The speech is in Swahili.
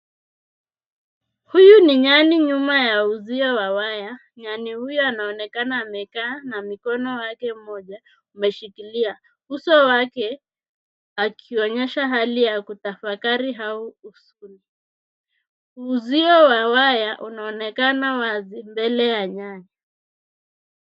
Huyu ni nyani nyuma ya uzio wa waya. Nyani huyo anaonekana amekaa na mkono wake mmoja umeshikilia uso wake, akionyesha hali ya kutafakari au huzuni. Uzio wa waya unaonekana wazi mbele ya nyani.